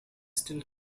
still